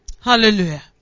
Hallelujah